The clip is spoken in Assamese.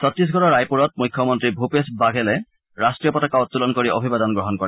চত্তিশগড়ৰ ৰায়পুৰত মুখ্যমন্ত্ৰী ভূপেশ বাঘেলে ৰাষ্ট্ৰীয় পতাকা উত্তোলন কৰি অবিবাদন গ্ৰহণ কৰে